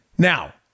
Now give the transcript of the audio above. Now